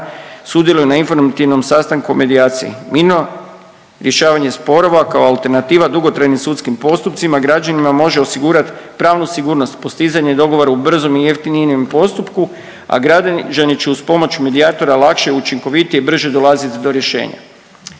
sudjeluju na informativnom sastanku o medijaciji. Mirno rješavanje sporova kao alternativa dugotrajnim sudskim postupcima građanima može osigurati pravnu sigurnost, postizanje dogovora u brzom i jeftinijem postupku a građani će uz pomoć medijatora lakše, učinkovitije i brže dolaziti do rješenja.